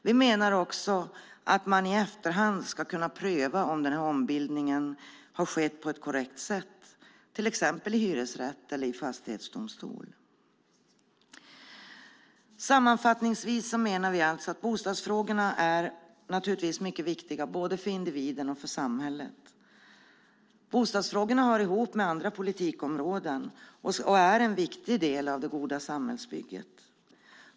Vi menar också att man i efterhand ska kunna pröva om ombildningen har skett på ett korrekt sätt, till exempel i hyresnämnd eller fastighetsdomstol. Sammanfattningsvis menar vi alltså att bostadsfrågorna naturligtvis är mycket viktiga, både för individen och för samhället. Bostadsfrågorna hör ihop med andra politikområden och är en viktig del av det goda samhällsbygget.